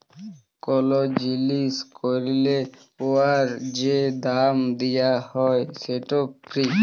call জিলিস ক্যরলে উয়ার যে দাম দিয়া হ্যয় সেট ফি